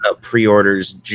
Pre-orders